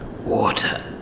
Water